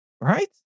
right